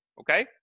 Okay